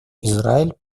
израиль